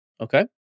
Okay